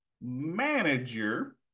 manager